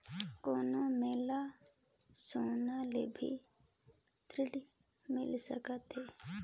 कौन मोला सोना ले भी ऋण मिल सकथे?